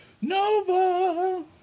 Nova